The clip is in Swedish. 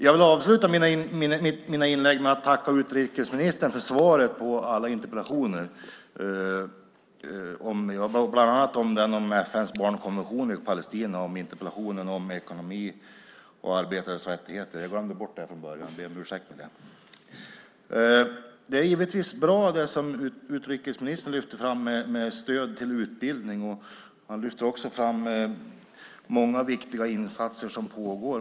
Jag vill avsluta mina inlägg med att tacka utrikesministern för svaret på alla interpellationer, bland annat interpellationen om FN:s barnkonvention i Palestina och interpellationen om ekonomi och arbetares rättigheter. Jag glömde bort det från början, och jag ber om ursäkt för det. Det som utrikesministern lyfte fram om stöd till utbildning är givetvis bra. Han lyfte också fram många viktiga insatser som pågår.